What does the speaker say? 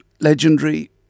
legendary